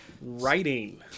Writing